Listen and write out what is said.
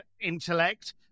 intellect